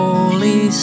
Holy